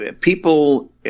people